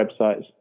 websites